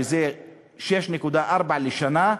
שזה 6.4 לשנה,